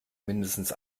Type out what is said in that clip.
mindestens